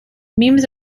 memes